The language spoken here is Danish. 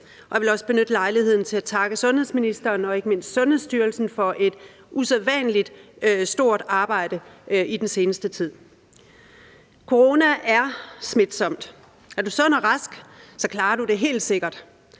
Jeg vil også benytte lejligheden til at takke sundheds- og ældreministeren og ikke mindst Sundhedsstyrelsen for et usædvanlig stort arbejde i den seneste tid. Corona er smitsom. Er du sund og rask, klarer du det helt sikkert,